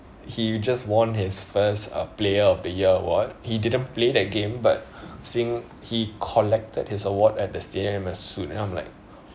he just won his first uh player of the year award he didn't play that game but seeing he collected his award at the stadium in a suit then I'm like